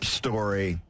story